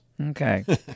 Okay